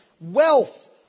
wealth